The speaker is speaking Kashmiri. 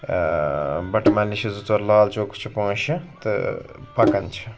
ٲں بٹہٕ مالنہِ چھِ زٕ ژور لال چوک چھِ پانٛژھ شےٚ تہٕ پَکان چھُ